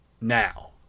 now